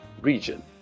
region